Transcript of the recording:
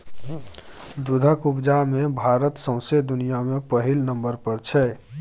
दुधक उपजा मे भारत सौंसे दुनियाँ मे पहिल नंबर पर छै